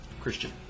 Christian